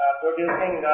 producing